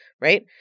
right